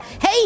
hey